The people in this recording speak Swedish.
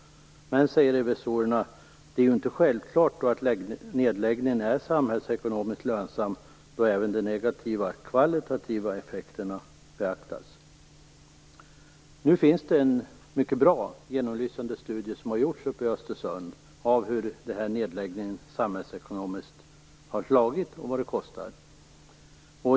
Men, säger revisorerna, det är inte självklart att nedläggningen är samhällsekonomiskt lönsam då även de negativa kvalitativa effekterna beaktas. Nu finns det en mycket bra och genomlysande studie som har gjorts uppe i Östersund av hur nedläggningen samhällsekonomiskt har slagit och vad den har kostat.